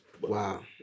Wow